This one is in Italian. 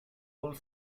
all